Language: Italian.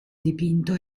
dipinto